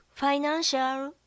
Financial